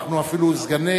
אפילו סגני